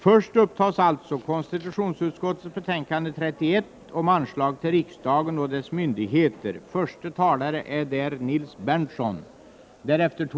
Först upptas alltså socialutskottets betänkande 16 om anslag till arbetsmiljö m.m.